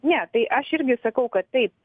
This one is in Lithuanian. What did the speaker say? ne tai aš irgi sakau kad taip